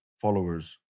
followers